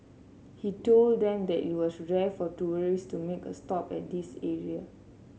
he told them that it was rare for tourists to make a stop at this area